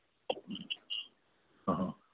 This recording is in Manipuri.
ꯑꯣ